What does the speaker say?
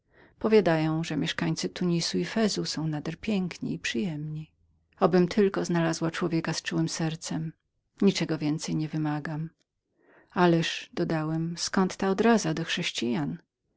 powiadają że mieszkańcy z tunis i fez są nader piękni i przyjemni abym tylko znalazła człowieka z czułem sercem niczego więcej nie wymagam ależ dodałem dla czegoż ta odraza do chrześcijan